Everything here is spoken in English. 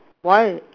why